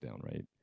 Right